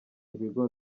ibigo